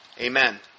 Amen